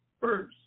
first